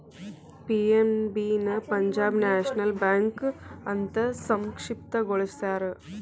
PNB ನ Punjab National Bank ಅಂತ ಸಂಕ್ಷಿಪ್ತ ಗೊಳಸ್ಯಾರ